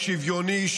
השוויוני,